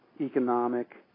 economic